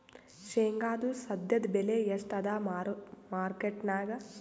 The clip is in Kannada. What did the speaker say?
ಶೇಂಗಾದು ಸದ್ಯದಬೆಲೆ ಎಷ್ಟಾದಾ ಮಾರಕೆಟನ್ಯಾಗ?